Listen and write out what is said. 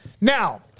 Now